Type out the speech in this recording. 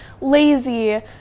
lazy